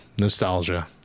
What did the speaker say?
nostalgia